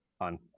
on